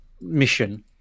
mission